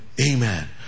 Amen